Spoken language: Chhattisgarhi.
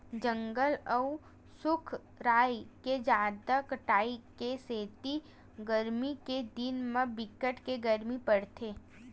जंगल अउ रूख राई के जादा कटाई के सेती गरमी के दिन म बिकट के गरमी परथे